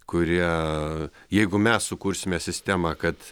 kurie jeigu mes sukursime sistemą kad